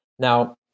Now